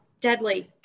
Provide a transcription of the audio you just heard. Deadly